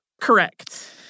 Correct